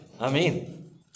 amen